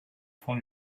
fond